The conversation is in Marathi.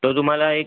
तो तुम्हाला एक